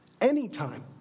Anytime